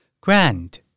Grand